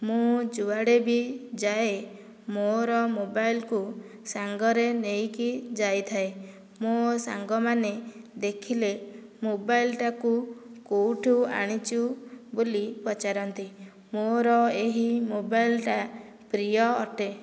ମୁଁ ଯୁଆଡ଼େ ବି ଯାଏ ମୋର ମୋବାଇଲକୁ ସାଙ୍ଗରେ ନେଇକି ଯାଇଥାଏ ମୋ' ସାଙ୍ଗମାନେ ଦେଖିଲେ ମୋବାଇଲଟାକୁ କୋଉଠୁ ଆଣିଛୁ ବୋଲି ପଚାରନ୍ତି ମୋର ଏହି ମୋବାଇଲଟା ପ୍ରିୟ ଅଟେ